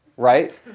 right?